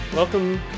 Welcome